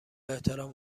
احترام